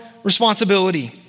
Responsibility